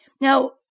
Now